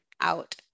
out